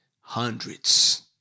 hundreds